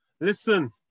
listen